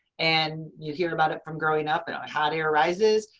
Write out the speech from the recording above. and you hear about it from growing up and um hot air rises.